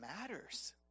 matters